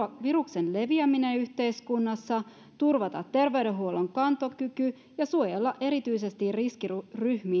viruksen leviäminen yhteiskunnassa turvata terveydenhuollon kantokyky ja suojella erityisesti riskiryhmiin